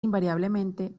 invariablemente